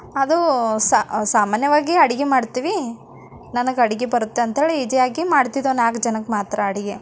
ಅದು ಸಾಮಾನ್ಯವಾಗಿ ಅಡುಗೆ ಮಾಡ್ತೀವಿ ನನಗೆ ಅಡುಗೆ ಬರುತ್ತೆ ಅಂಥೇಳಿ ಈಜಿಯಾಗಿ ಮಾಡ್ತಿದ್ದೋ ನಾಲ್ಕು ಜನಕ್ಕೆ ಮಾತ್ರ ಅಡುಗೆ